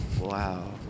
Wow